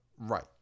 Right